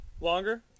Longer